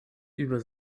über